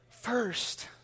first